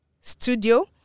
studio